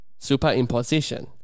Superimposition